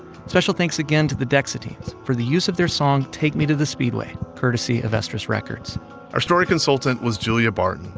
special thanks again to the dexateens for the use of their song take me to the speedway, courtesy of estrus records our story consultant was julia barton,